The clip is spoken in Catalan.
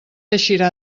eixirà